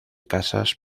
casas